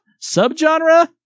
subgenre